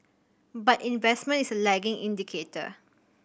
but investment is a lagging indicator